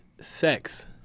sex